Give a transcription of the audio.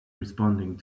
responding